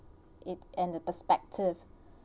it and the perspective